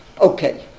Okay